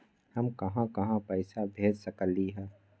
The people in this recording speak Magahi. हम कहां कहां पैसा भेज सकली ह?